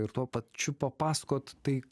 ir tuo pačiu papasakot tai